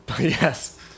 Yes